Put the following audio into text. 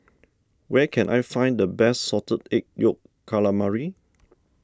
where can I find the best Salted Egg Yolk Calamari